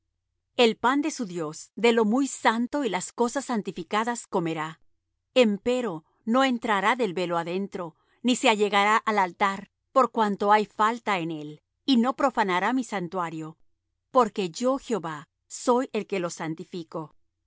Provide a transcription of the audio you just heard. el pan de su dios de lo muy santo y las cosas santificadas comerá empero no entrará del velo adentro ni se allegará al altar por cuanto hay falta en él y no profanará mi santuario porque yo jehová soy el que los santifico